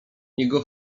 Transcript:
jego